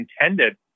intended